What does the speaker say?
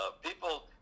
People